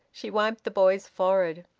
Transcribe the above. she wiped the boy's forehead.